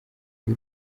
y’u